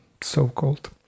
so-called